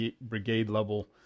brigade-level